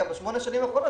בשמונה השנים האחרונות,